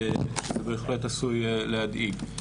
בהחלט עשוי להדאיג.